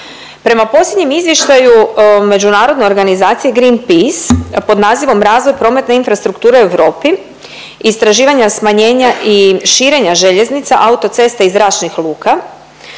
Prema posljednjem izvještaju Međunarodne organizacije Greenpeace pod nazivom Razvoj prometne infrastrukture u Europi istraživanja, smanjenja i širenja željeznica, autoceste i zračnih luka